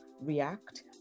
react